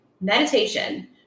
meditation